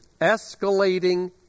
escalating